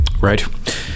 Right